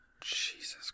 Jesus